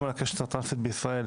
הילדים מקשת הטרנסית בישראל.